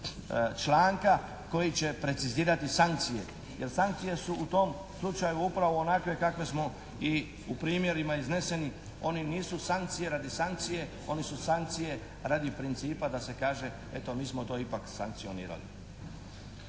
članka koji će precizirati sankcije. Jer sankcije su u tom slučaju upravo onakve kakve smo i u primjerima iznesenim, one nisu sankcije radi sankcije. One su sankcije radi principa da se kaže eto mi smo to ipak sankcionirali.